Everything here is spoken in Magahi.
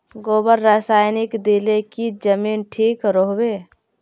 गोबर रासायनिक दिले की जमीन ठिक रोहबे?